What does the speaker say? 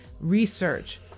research